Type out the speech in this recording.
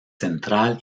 central